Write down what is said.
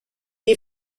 est